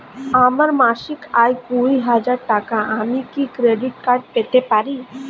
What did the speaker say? আমার মাসিক আয় কুড়ি হাজার টাকা আমি কি ক্রেডিট কার্ড পেতে পারি?